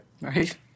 Right